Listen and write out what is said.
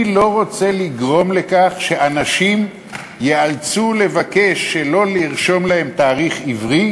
אני לא רוצה לגרום לכך שאנשים ייאלצו לבקש שלא לרשום להם תאריך עברי,